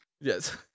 Yes